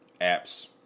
apps